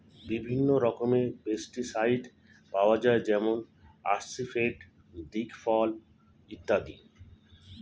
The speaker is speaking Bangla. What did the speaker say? বিভিন্ন রকমের পেস্টিসাইড পাওয়া যায় যেমন আসিফেট, দিকফল ইত্যাদি